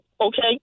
okay